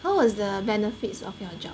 how was the benefits of your job